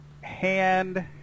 hand